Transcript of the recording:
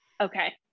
Okay